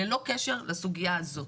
ללא קשר לסוגיה הזאת,